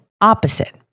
opposite